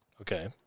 Okay